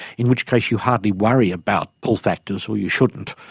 in which case you hardly worry about pull factors, or you shouldn't,